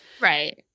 right